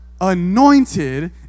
Anointed